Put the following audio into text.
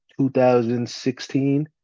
2016